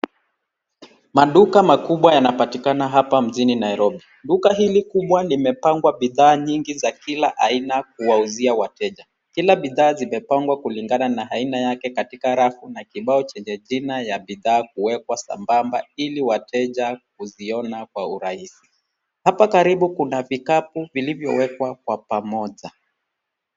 Maduka makubwa yanapatikana hapa mjini Nairobi. Duka hili kubwa limepangwa bidhaa nyingi za kila aina kuwauzia wateja. Kila bidhaa zimepangwa kulingana na aina yake katika rafu na kibao chenye jina ya bidhaa kuwekwa sambamba ili wateja kuziona kwa rahisi. Hapa karibu kuna vikapu vilivyowekwa kwa pamoja.